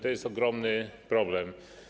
To jest ogromny problem.